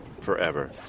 forever